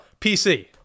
PC